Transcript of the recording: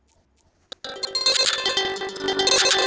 मोहन कर्ज समुपदेशनाचे काम करतो